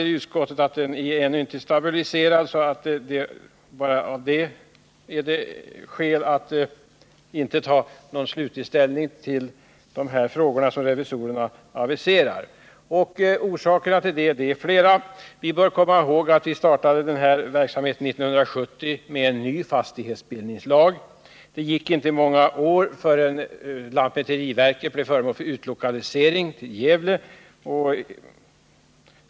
Vi i utskottet anser att verksamheten ännu inte har stabiliserats och att redan det är ett skäl att inte ta slutlig ställning till de frågor som revisorerna har aktualiserat. Orsakerna till att verksamheten inte har stabiliserats är flera. Vi bör komma ihåg att vi startade den här verksamheten 1970 med en ny fastighetsbildningslag. Det gick inte många år förrän lantmäteriverket blev föremål för utlokalisering till Gävle.